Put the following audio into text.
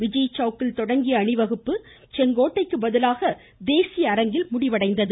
விஜய் சௌக்கில் தொடங்கிய அணிவகுப்பு செங்கோட்டைக்கு பதிலாக தேசிய அரங்கத்தில் முடிவடைந்தது